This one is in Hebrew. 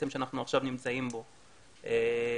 שאנחנו נמצאים בו עכשיו.